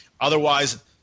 otherwise